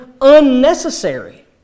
unnecessary